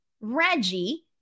Reggie